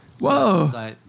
whoa